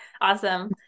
Awesome